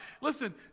Listen